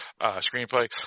screenplay